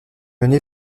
mené